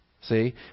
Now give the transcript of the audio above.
See